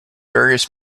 various